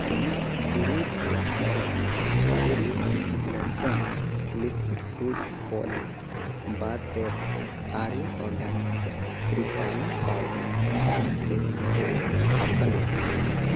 ᱤᱧᱟᱹᱜ ᱫᱩᱨᱤᱵᱽ ᱨᱮᱭᱟᱜ odour cherry blossom liquid shoes polish bar bags ᱟᱨᱮᱭᱟ ᱚᱨᱜᱟᱱᱤᱠ ᱛᱨᱤᱯᱟᱞᱟ ᱯᱟᱣᱰᱟᱨ ᱫᱟᱨᱟᱭᱛᱮ ᱫᱚᱦᱲᱟ ᱛᱷᱟᱯᱚᱱ ᱢᱮ